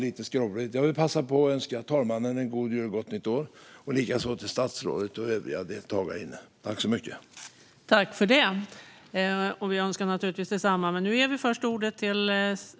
Jag vill passa på att önska talmannen, statsrådet och övriga deltagare här inne en god jul och ett gott nytt år.